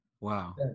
Wow